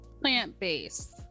plant-based